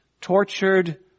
tortured